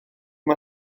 mae